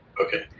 Okay